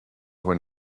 when